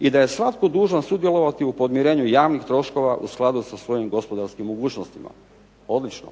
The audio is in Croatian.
i da je svatko dužan sudjelovati u podmirenju javnih troškova u skladu sa svojim gospodarskim mogućnostima. Odlično.